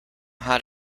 hot